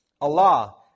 Allah